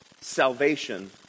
salvation